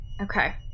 Okay